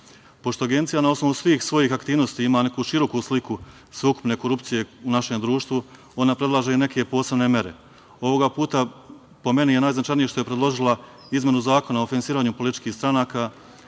Agencija na osnovu svih svojih aktivnosti ima neku široku sliku korupcije u našem društvu ona predlaže i neke posebne mere. Ovoga puta po meni je najznačajnije što je predložila izmenu Zakona o finansiranju političkih stranaka,